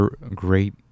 great